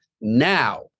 now